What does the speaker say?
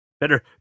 Better